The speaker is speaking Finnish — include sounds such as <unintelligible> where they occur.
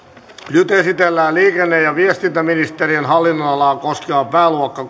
nyt esitellään liikenne ja viestintäministeriön hallinnonalaa koskeva pääluokka <unintelligible>